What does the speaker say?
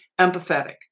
empathetic